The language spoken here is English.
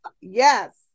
yes